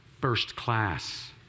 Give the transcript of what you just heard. first-class